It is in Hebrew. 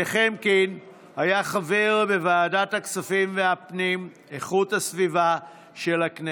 נחמקין היה חבר בוועדות הכספים והפנים ואיכות הסביבה של הכנסת.